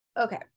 okay